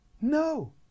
no